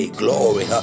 glory